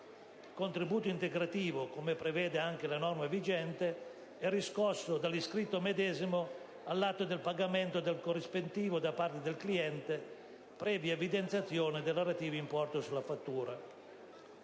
Il contributo integrativo, come prevede anche la norma vigente, è riscosso dall'iscritto medesimo all'atto del pagamento del corrispettivo da parte del cliente, previa evidenziazione del relativo importo sulla fattura.